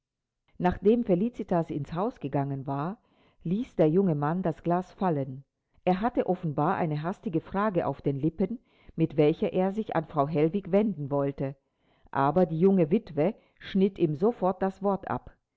nachdem felicitas ins haus gegangen war ließ der junge mann das glas fallen er hatte offenbar eine hastige frage auf den lippen mit welcher er sich an frau hellwig wenden wollte aber die junge witwe schnitt ihm sofort das wort ab